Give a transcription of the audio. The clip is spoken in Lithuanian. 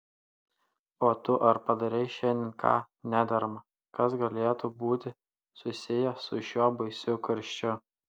o tu ar padarei šiandien ką nederama kas galėtų būti susiję su šiuo baisiu karščiu